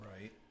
Right